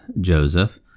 Joseph